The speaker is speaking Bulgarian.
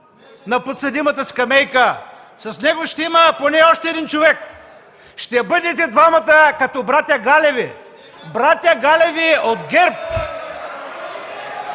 на подсъдимата скамейка, с него ще има поне още един човек: ще бъдете двамата, като братя Галеви – братя Галеви от ГЕРБ.